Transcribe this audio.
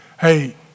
hey